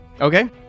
Okay